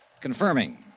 Confirming